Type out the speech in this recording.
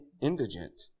indigent